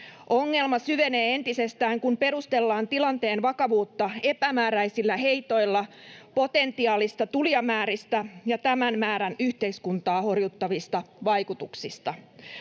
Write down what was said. Ongelma syvenee entisestään, kun perustellaan tilanteen vakavuutta epämääräisillä heitoilla potentiaalisista tulijamääristä ja tämän määrän yhteiskuntaa horjuttavista vaikutuksista.